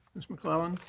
ms. mcclellan.